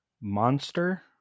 monster